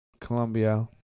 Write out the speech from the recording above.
Colombia